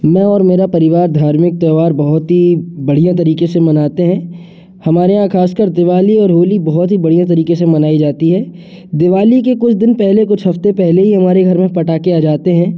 मैं और मेरा परिवार धार्मिक त्यौहार बहुत ही बढ़िया तरीके से मनाते हैं हमारे यहाँ खासकर दिवाली और होली बहुत ही बढ़िया तरीके से मनाई जाती है दिवाली के कुछ दिन पहले कुछ हफ्ते पहले ही हमारे घर में पटाके आ जाते हैं